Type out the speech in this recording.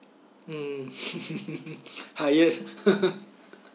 mm highest